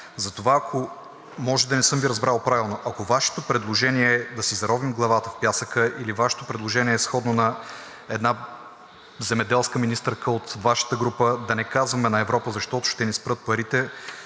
главата. Може да не съм Ви разбрал правилно. Ако Вашето предложение е да си заровим главата в пясъка или Вашето предложение е сходно на една земеделска министърка от Вашата група: „Да не казваме на Европа, защото ще ни спрат парите“,